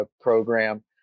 Program